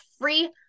free